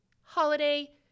holiday